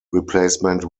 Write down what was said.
replacement